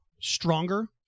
stronger